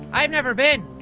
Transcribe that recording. i've never been!